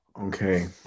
okay